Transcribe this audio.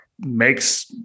makes